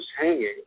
hanging